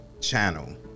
channel